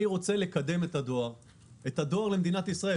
אני רוצה לקדם את הדואר במדינת ישראל,